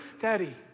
daddy